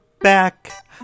back